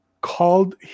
called